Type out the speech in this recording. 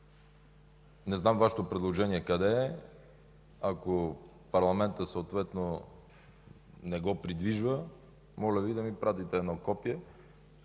е Вашето предложение. Ако парламентът съответно не го придвижва, моля Ви да ми пратите едно копие